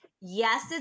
Yes